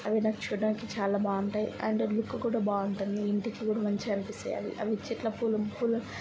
అవి నాకు చూడ్డానికి చాలా బావుంటాయి అండ్ లుక్ కూడా బాగుంటుంది ఇంటికి కూడా మంచిగా అనిపిస్తాయి అవి అవి చెట్ల పూల పూల